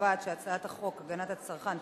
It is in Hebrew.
הצעת חוק הגנת הצרכן (תיקון,